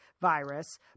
virus